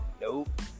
Nope